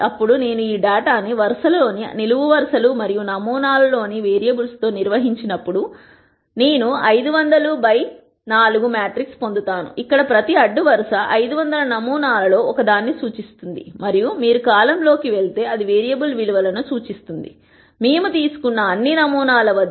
అప్పుడు నేను ఈ డేటాను వరుస లోని నిలువు వరుసలు మరియు నమూనాలలో వేరియబుల్స్తో నిర్వహించినప్పుడు అప్పుడు నేను 500 బై 4 మ్యాట్రిక్స్ పొందు తాను ఇక్కడ ప్రతి అడ్డు వరుస 500 నమూనాలలో ఒక దాన్ని సూచిస్తుంది మరియు మీరు కాలమ్లోకి వెళితే అది వేరియబుల్ విలువ లు ను సూచిస్తుంది మేము తీసుకున్న అన్ని నమూనాల వద్ద